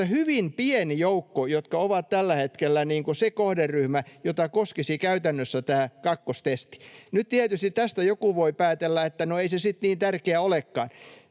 asiassa hyvin pieni joukko, joka on tällä hetkellä se kohderyhmä, jota koskisi käytännössä tämä kakkostesti. [Heikki Autto pyytää vastauspuheenvuoroa] Nyt tietysti tästä joku voi päätellä, että no ei se sitten niin tärkeä olekaan.